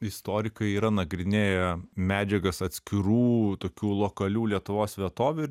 istorikai yra nagrinėję medžiagas atskirų tokių lokalių lietuvos vietovių ir